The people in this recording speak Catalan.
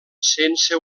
sense